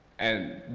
and